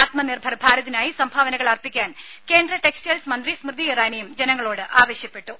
ആത്മനിർഭർ ഭാരതിനായി സംഭാവനകൾ അർപ്പിക്കാൻ കേന്ദ്ര ടെക്സ്റ്റൈൽസ് മന്ത്രി സ്മൃതി ഇറാനിയും ജനങ്ങളോട് ആവശ്യപ്പെട്ടു